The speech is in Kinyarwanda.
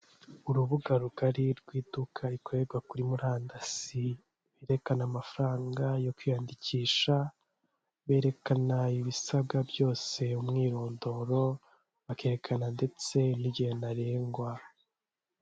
Urubuga rugari rw'iduka rikorerwa kuri murandasi, berekana amafaranga yo kwiyandikisha, berekana ibisabwa byose umwirondoro, bakerekana ndetse n'igihe ntarengwa.